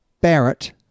Barrett